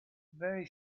very